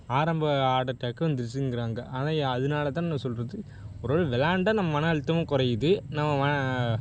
ஆரம்ப ஹார்ட் அட்டாக்கும் திஸ்ஸுங்குறாங்க ஆனால் அதனால தான் நான் சொல்கிறது ஒருவேளை விளாண்டா நம்ம மன அழுத்தமும் குறையிது நம்ம